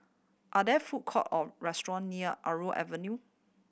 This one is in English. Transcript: are there food court or restaurant near Avenue